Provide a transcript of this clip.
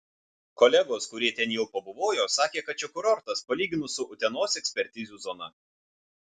kolegos kurie ten jau pabuvojo sakė kad čia kurortas palyginus su utenos ekspertizių zona